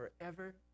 forever